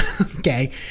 Okay